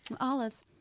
olives